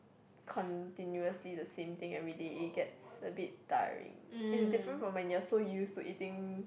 continuously the same thing everyday it gets a bit tiring it is different from when you are so use to eating